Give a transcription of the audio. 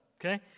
Okay